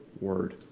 word